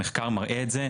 המחקר מראה את זה.